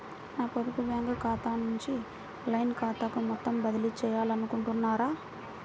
నా పొదుపు బ్యాంకు ఖాతా నుంచి లైన్ ఖాతాకు మొత్తం బదిలీ చేయాలనుకుంటున్నారా?